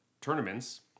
tournaments